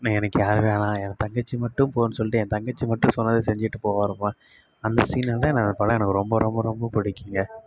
எனக்கு யாரும் வேணா என் தங்கச்சி மட்டும் போதுன் சொல்லிட்டு என் தங்கச்சி மட்டும் சொன்னதை செஞ்சிவிட்டு போவாரப்பா அந்த சீனில் தான் ந படம் எனக்கு ரொம்ப ரொம்ப ரொம்ப பிடிக்குங்க